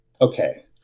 okay